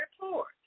report